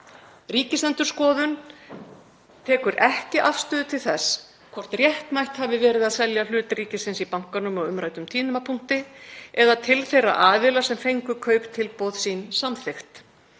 Ríkisendurskoðun tekur ekki afstöðu til þess hvort réttmætt hafi verið að selja hluti ríkisins í bankanum á umræddum tímapunkti eða til þeirra aðila sem fengu kauptilboð sín samþykkt.